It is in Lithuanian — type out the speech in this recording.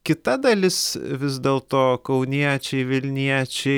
kita dalis vis dėlto kauniečiai vilniečiai